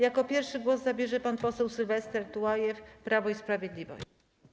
Jako pierwszy głos zabierze pan poseł Sylwester Tułajew, Prawo i Sprawiedliwość.